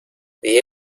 the